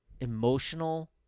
emotional